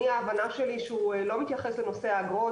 ההבנה שלי היא שהוא לא מתייחס לנושא האגרות,